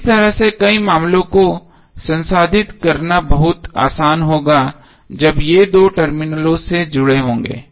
इस तरह से कई मामलों को संसाधित करना बहुत आसान होगा जब ये दो टर्मिनलों से जुड़े होंगे